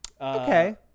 Okay